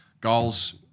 goals